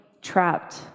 trapped